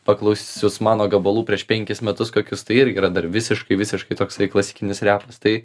paklausius mano gabalų prieš penkis metus kokius tai irgi yra dar visiškai visiškai toksai klasikinis repas tai